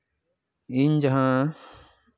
ᱤᱧ ᱡᱟᱦᱟᱸ